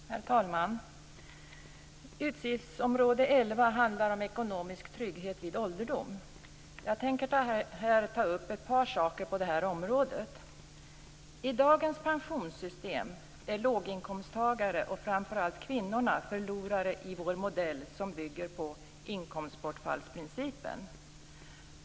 Herr talman! Utgiftsområde 11 handlar om ekonomisk trygghet vid ålderdom. Jag tänker här ta upp ett par saker på detta område. I dagens pensionssystem är låginkomsttagare, framför allt kvinnor, förlorare i vår modell, som bygger på inkomstbortfallsprincipen.